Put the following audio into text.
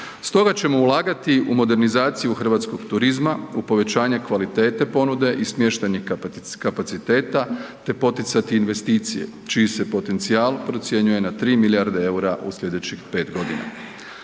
Stoga ćemo ulagati u modernizaciju hrvatskog turizma, u povećanje kvalitete ponude i smještajnih kapaciteta, te poticati investicije čiji se potencijal procjenjuje na 3 milijarde EUR-a u slijedećih 5.g. Poticat